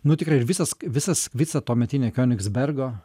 nu tikrai ir visas visas visa tuometinė kionigsbergo